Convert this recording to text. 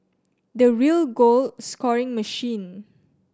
the real goal scoring machine